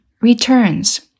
returns